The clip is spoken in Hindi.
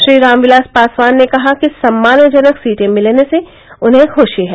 श्री रामविलास पासवान ने कहा कि सम्मानजनक सीटें मिलने से उन्हें खुशी है